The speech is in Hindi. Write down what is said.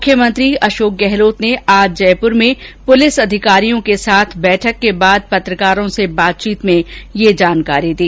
मुख्यमंत्री अशोक गहलोत ने आज जयपुर में पुलिस अधिकारियों के साथ बैठक के बाद पत्रकारों से बातचीत में ये जानकारी दी